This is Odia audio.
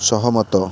ସହମତ